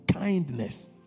Kindness